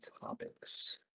topics